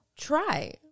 try